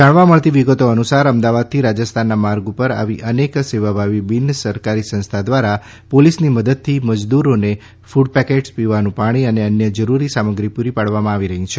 જાણવા મળતી વિગતો અનુસાર અમદાવાદથી રાજસ્થાનના માર્ગ ઉપર આવી અનેક સેવાભાવિ બિનસરકારી સંસ્થા દ્વારા પોલીસની મદદથી મજદૂરોને ફૂડ પેકેટ પીવાનું પાણી અને અન્ય જરૂરી સામગ્રી પૂરી પાડવામાં આવી રહી છે